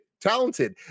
talented